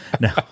No